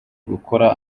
gukora